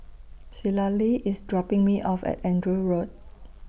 Citlalli IS dropping Me off At Andrew Road